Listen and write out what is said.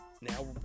now